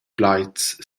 plaids